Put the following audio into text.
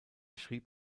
schrieb